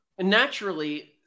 naturally